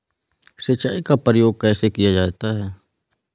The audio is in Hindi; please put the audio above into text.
सिंचाई का प्रयोग कैसे किया जाता है?